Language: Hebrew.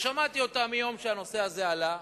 ששמעתי מיום שהנושא הזה עלה,